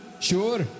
Sure